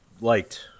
liked